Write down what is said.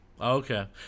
Okay